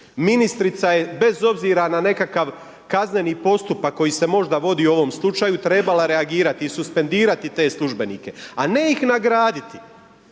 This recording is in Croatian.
Ministrica je bez obzira na nekakav kazneni postupak koji se možda vodi u ovom slučaju trebala reagirati i suspendirati te službenike. A ne ih nagraditi.